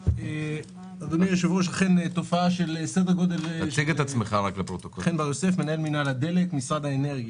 חן בר יוסף, מנהל מינהל הדלק, משרד האנרגיה.